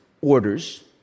orders